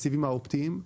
האופטיים המהירים.